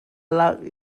lak